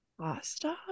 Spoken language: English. Pasta